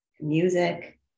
music